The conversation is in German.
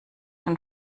den